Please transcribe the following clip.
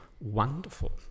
wonderful